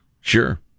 Sure